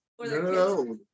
no